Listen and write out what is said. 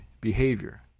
behavior